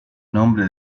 nombre